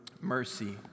mercy